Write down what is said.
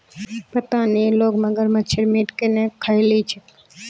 पता नी लोग मगरमच्छेर मीट केन न खइ ली छेक